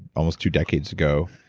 almost two decades ago,